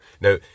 Now